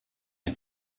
der